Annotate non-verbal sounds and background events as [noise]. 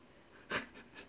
[laughs]